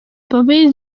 paper